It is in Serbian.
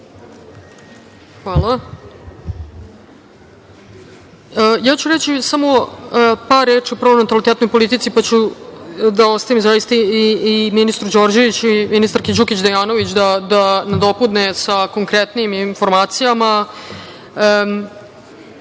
Hvala. Reći ću samo par reči o pronatalitetnoj politici, pa ću da ostavim i ministru Đorđeviću i ministarki Đukić Dejanović da nadopune sa konkretnijim informacijama. Reći